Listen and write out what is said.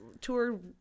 tour